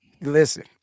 listen